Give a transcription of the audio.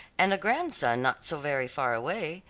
and a grandson not so very far away.